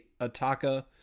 Ataka